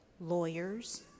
lawyers